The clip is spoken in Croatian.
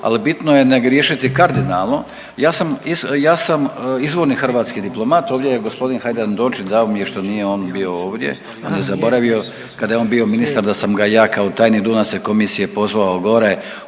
al bitno je ne griješiti kardinalno. Ja sam, ja sam izvorni hrvatski diplomat, ovdje je g. Hajdaš Dončić, žao mi je što nije on bio ovdje, valjda je zaboravio kada je on bio ministar da sam ga ja kao tajnik …/Govornik se ne